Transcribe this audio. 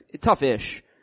tough-ish